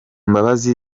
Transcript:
mbabazi